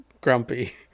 grumpy